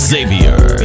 Xavier